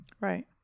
Right